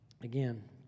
again